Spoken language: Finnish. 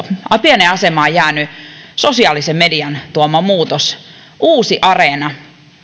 pieneen asemaan jäänyt sosiaalisen median tuoma muutos uusi areena